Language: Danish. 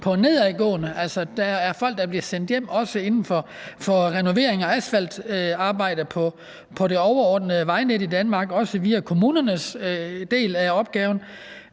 bliver sendt hjem, og det gælder også inden for renovering og asfaltarbejde på det overordnede vejnet i Danmark, også via kommunernes del af opgaven.